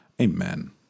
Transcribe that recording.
Amen